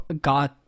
god